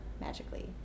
magically